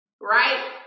right